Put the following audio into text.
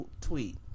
tweet